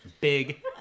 big